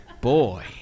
Boy